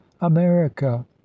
america